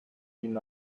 deny